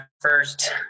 first